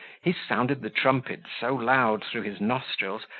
he sounded the trumpet so loud through his nostrils,